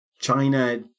China